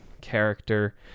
character